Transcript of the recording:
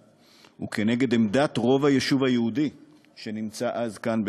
ונגד עמדת רוב היישוב היהודי שנמצא אז כאן,